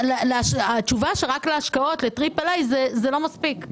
התשובה שרק להשקעות ולטריפל A, זה לא מספיק.